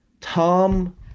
tom